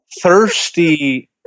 thirsty